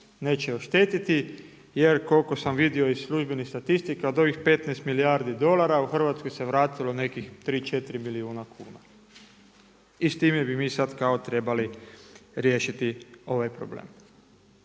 neće oštetiti, jer koliko sam vidio iz službenih statistika od ovih 15 milijardi dolara u Hrvatsku se vratilo nekih 3, 4 milijuna kuna i s time bi mi sad trebali riješiti ovaj problem.